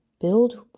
build